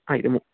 ആ ഇത്